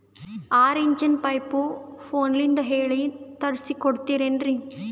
ಆರಿಂಚಿನ ಪೈಪು ಫೋನಲಿಂದ ಹೇಳಿ ತರ್ಸ ಕೊಡ್ತಿರೇನ್ರಿ?